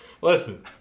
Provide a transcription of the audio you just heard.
listen